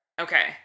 Okay